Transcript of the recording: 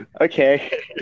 Okay